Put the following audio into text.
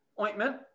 Ointment